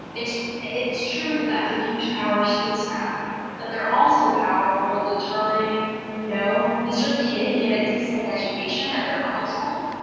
it's it's true that that's a huge power states have but they're also powerful in determining you know does your kid get a decent education at their public